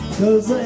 cause